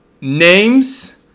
names